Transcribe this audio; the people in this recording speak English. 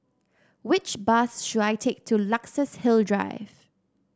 which bus should I take to Luxus Hill Drive